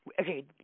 Okay